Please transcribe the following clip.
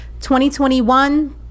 2021